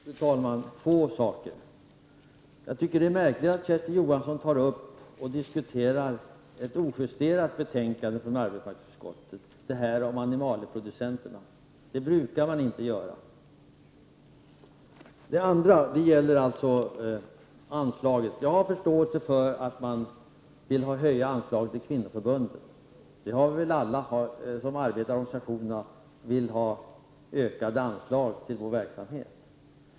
Fru talman! Jag vill ta upp två saker. Först tycker jag att det är märkligt att Kersti Johansson tar upp och diskuterar ett ojusterat betänkande från arbetsmarknadsutskottet, nämligen det om animalieproducenterna. Det brukar man inte göra. Det andra jag vill ta upp gäller anslaget till kvinnoorganisationerna. Jag har förståelse för att man vill höja anslaget till kvinnoorganisationerna. Alla vi som arbetar inom organisationerna vill ha ökade anslag till vår verksamhet.